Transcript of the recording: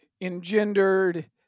engendered